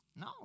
No